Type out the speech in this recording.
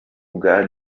bwa